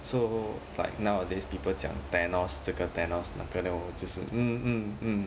so like nowadays people 讲 thanos 这个 thanos 那个 then 我就是 mm mm mm